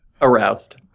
aroused